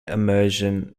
immersion